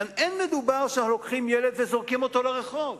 כאן אין מדובר שאנחנו לוקחים ילד וזורקים אותו לרחוב.